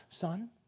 son